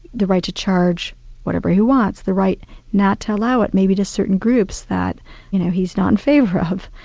the right to charge whatever he wants, the right not to allow it maybe to certain groups that you know he's not in favour of.